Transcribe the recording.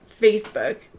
Facebook